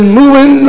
moving